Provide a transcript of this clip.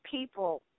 people